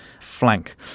flank